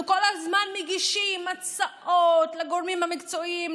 אנחנו כל הזמן מגישים הצעות לגורמים המקצועיים,